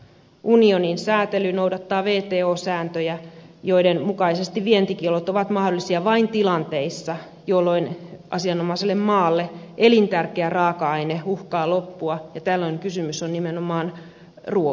unionin säätely noudattaa wto sääntöjä joiden mukaisesti vientikiellot ovat mahdollisia vain tilanteissa jolloin asiaomaiselle maalle elintärkeä raaka aine uhkaa loppua ja tällöin kysymys on nimenomaan ruuasta